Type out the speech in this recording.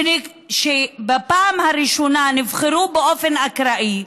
שבפעם הראשונה נבחרו באופן אקראי,